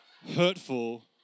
hurtful